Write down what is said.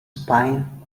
spine